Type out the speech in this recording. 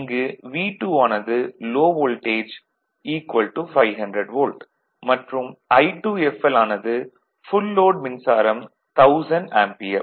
இங்கு V2 ஆனது low voltage 500 volt மற்றும் I2fl ஆனது ஃபுல் லோட் மின்சாரம் 1000 ஆம்பியர்